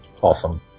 Awesome